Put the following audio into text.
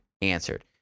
answered